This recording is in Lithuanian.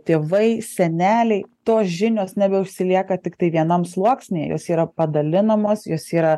tėvai seneliai tos žinios nebeužsilieka tiktai vienam sluoksnyje jos yra padalinamos jos yra